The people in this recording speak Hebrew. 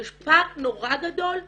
שיש פער נורא גדול שבהתנהגות,